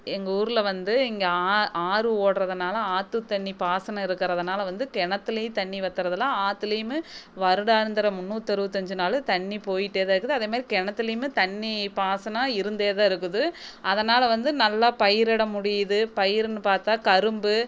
எங்கள் ஊர்ல வந்து இங்கே ஆ ஆறு ஓடுறதனால ஆற்றுத்தண்ணி பாசனம் இருக்கிறதனால வந்து கிணத்துலையும் தண்ணி வத்துறது இல்லை ஆற்றுலையுமே வருடாந்திர முந்நூற்று அறுபத்தஞ்சு நாளும் தண்ணி போயிகிட்டே தான் இருக்குது அதேமாதிரி கிணத்துலையுமே தண்ணி பாசனம் இருந்தே தான் இருக்குது அதனால் வந்து நல்லா பயிரிட முடியுது பயிரின்னு பார்த்தா கரும்பு